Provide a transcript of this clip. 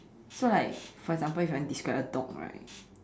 so like for example if you want to describe a dog right